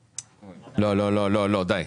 לא, די.